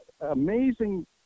amazing